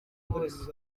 munsi